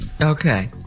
Okay